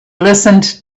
listened